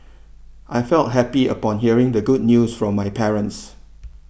I felt happy upon hearing the good news from my parents